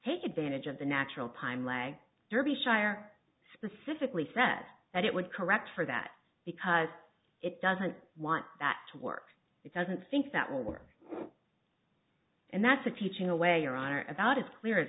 take advantage of the natural pine leg derby shire specifically said that it would correct for that because it doesn't want that to work it doesn't think that will work and that's a teaching a way or are about as clear as